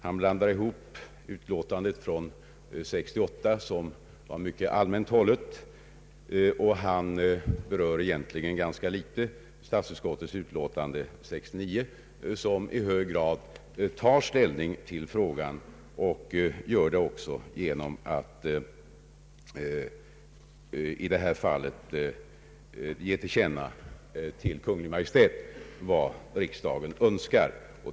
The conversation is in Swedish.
Han blandar ihop frågor från utlåtandet av år 1968 — som var mycket allmänt hållet — med frågor som ingår i statsutskotitets utlåtande av år 1969. Det senare berör han egentligen ganska litet, trots att detta i hög grad handlar om den psykiska hälsovården, bl.a. genom att man i detta fall har givit Kungl. Maj:t till känna vad riksdagen önskar.